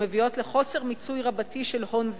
ומביאות לחוסר מיצוי רבתי של הון זה.